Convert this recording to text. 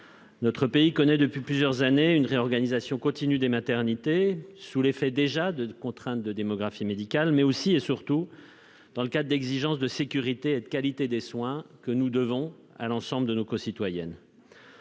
Notre pays connaît depuis plusieurs années une réorganisation continue des maternités, sous l'effet, déjà, de contraintes de démographie médicale, mais aussi, et surtout, pour tenir compte d'exigences de sécurité et de qualité des soins que nous devons à l'ensemble de nos concitoyennes.